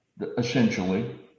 essentially